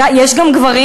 יש גם גברים,